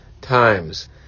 times